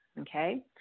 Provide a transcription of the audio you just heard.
Okay